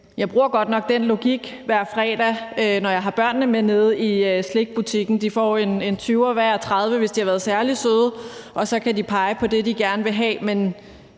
Jeg bruger godt nok den logik hver fredag, når jeg har børnene med nede i slikbutikken. De får en 20'er hver, 30 kr., hvis de har været særlig søde, og så kan de pege på det, de gerne vil have.